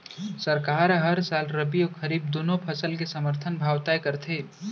सरकार ह हर साल रबि अउ खरीफ दूनो फसल के समरथन भाव तय करथे